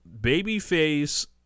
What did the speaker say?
Babyface